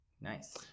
Nice